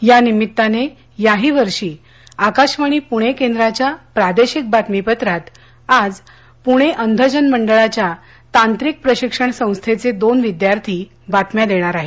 या निमित्ताने याही वर्षी आकाशवाणी पुणे केंद्राच्या प्रादेशिक बातमीपत्रात आज पुणे अंधजन मंडळाच्या तांत्रिक प्रशिक्षण संस्थेचे दोन विद्यार्थी बातम्या देणार आहेत